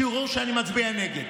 שיראו שאני מצביע נגד,